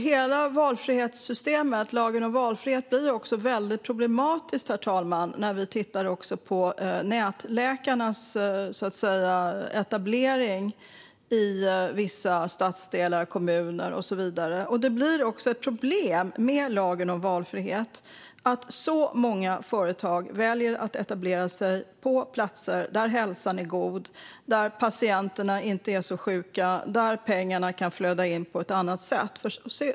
Hela valfrihetssystemet och lagen om valfrihet framstår också som något väldigt problematiskt, herr talman, när vi tittar på nätläkarnas etablering i vissa stadsdelar, kommuner och så vidare. Det blir ett problem med lagen om valfrihet när så många företag väljer att etablera sig på platser där hälsan är god, där patienterna inte är så sjuka och där pengarna kan flöda in på ett annat sätt.